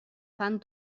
fan